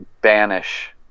banish